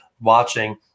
watching